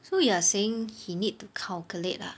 so you are saying he need to calculate lah